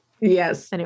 Yes